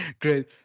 great